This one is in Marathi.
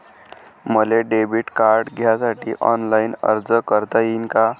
मले डेबिट कार्ड घ्यासाठी ऑनलाईन अर्ज करता येते का?